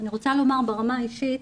אני רוצה לומר ברמה האישית,